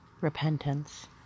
repentance